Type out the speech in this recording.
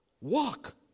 Walk